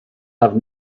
have